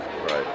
Right